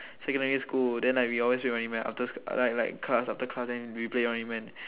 secondary school then like we always play running man after sch~ like class after class then we play running man